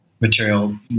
material